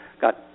got